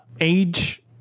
age